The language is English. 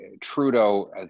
Trudeau